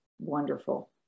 wonderful